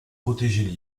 protéger